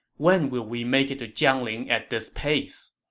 when will we make it to jiangling at this pace?